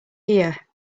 here